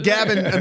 Gavin